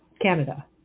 canada